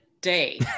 day